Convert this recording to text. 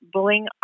Bullying